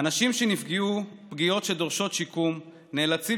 האנשים שנפגעו פגיעות שדורשות שיקום נאלצים